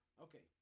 Okay